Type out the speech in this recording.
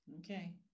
okay